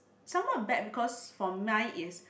somewhat bad because for mine is